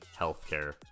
healthcare